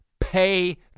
Pay